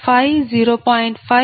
5 0